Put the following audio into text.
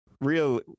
real